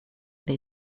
they